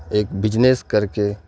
ایک بزنس کر کے